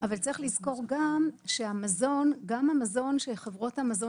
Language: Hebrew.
אבל צריך לזכור גם שגם המזון שחברות המזון